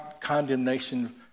condemnation